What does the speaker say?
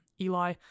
Eli